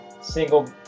single